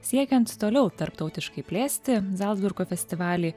siekiant toliau tarptautiškai plėsti zalcburgo festivalį